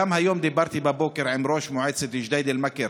היום בבוקר דיברתי עם ראש מועצת ג'דיידה-מכר,